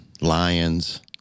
Lions